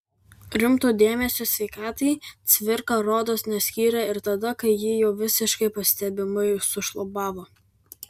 rimto dėmesio sveikatai cvirka rodos neskyrė ir tada kai ji jau visiškai pastebimai sušlubavo